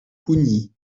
pougny